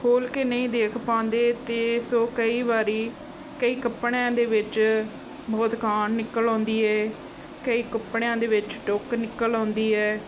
ਖੋਲ੍ਹ ਕੇ ਨਹੀਂ ਦੇਖ ਪਾਉਂਦੇ ਤੇ ਸੋ ਕਈ ਵਾਰ ਕਈ ਕੱਪੜਿਆਂ ਦੇ ਵਿੱਚ ਬਹੁਤ ਕਾਣ ਨਿਕਲ ਆਉਂਦੀ ਹੈ ਕਈ ਕੱਪੜਿਆਂ ਦੇ ਵਿੱਚ ਟੁੱਕ ਨਿਕਲ ਆਉਂਦੀ ਹੈ